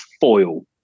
foil